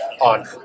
on